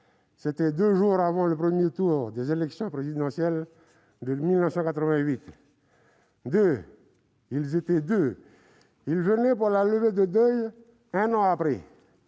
C'était deux jours avant le premier tour de l'élection présidentielle de 1988. Ils étaient 2. Ils venaient pour la levée de deuil, un an après